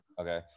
Okay